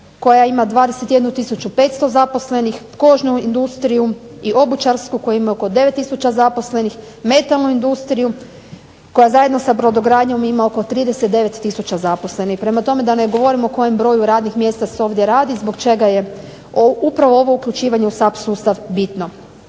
koja ima 21 tisuću 500 zaposlenih, kožnu industriju i obućarsku koja ima oko 9 tisuća zaposlenih, metalnu industriju koja zajedno sa brodogradnjom ima 39 tisuća zaposlenih, prema tome, da ne govorim o kojem broju radnih mjesta se ovdje radi, zbog čega je upravo ovo uključivanje u SAP sustav bitno.